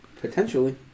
Potentially